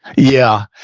yeah,